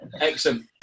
excellent